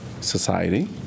Society